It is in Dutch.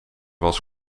was